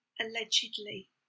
allegedly